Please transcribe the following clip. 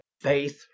faith